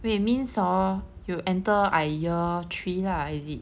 wait means hor you enter I year three lah is it